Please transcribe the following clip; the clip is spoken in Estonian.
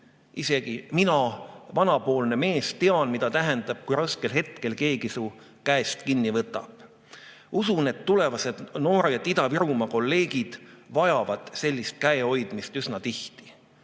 Isegi mina, vanapoolne mees, tean, mida tähendab, kui raskel hetkel keegi su käest kinni võtab. Usun, et tulevased noored Ida-Virumaa kolleegid vajavad sellist käehoidmist üsna tihti,